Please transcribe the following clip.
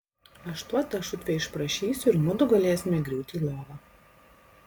aš tuoj tą šutvę išprašysiu ir mudu galėsime griūti į lovą